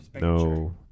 No